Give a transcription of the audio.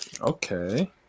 Okay